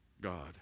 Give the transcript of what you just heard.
God